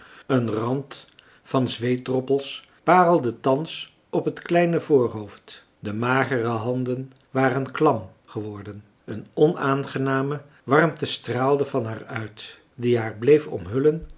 een rand van zweetdroppels parelde thans op het kleine voorhoofd de magere handen waren klam geworden een onaangename warmte straalde van haar uit die haar bleef omhullen